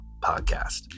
podcast